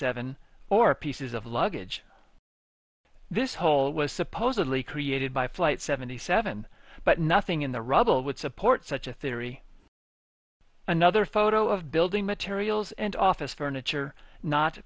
seven or pieces of luggage this hole was supposedly created by flight seventy seven but nothing in the rubble would support such a theory another photo of building materials and office furniture not